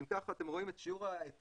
אם ככה אתם רואים את שיעור ההיטל,